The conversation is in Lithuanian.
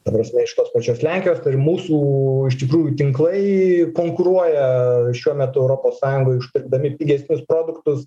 ta prasme iš tos pačios lenkijos ir mūsų iš tikrųjų tinklai konkuruoja šiuo metu europos sąjungoj užpirkdami pigesnius produktus